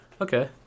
Okay